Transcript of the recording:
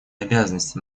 обязанностей